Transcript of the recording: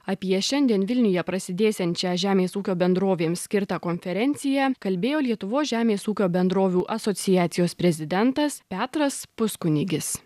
apie šiandien vilniuje prasidėsiančią žemės ūkio bendrovėm skirtą konferenciją kalbėjo lietuvos žemės ūkio bendrovių asociacijos prezidentas petras puskunigis